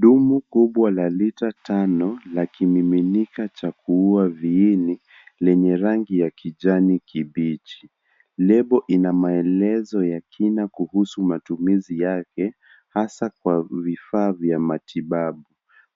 Dumu kubwa la lita tano la kimiminika cha kuua viini lenye rangi ya kijani kibichi. Lebo ina maelezo ya kina kuhusu matumizi yake hasa kwa vifaa vya matibabu.